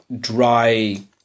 dry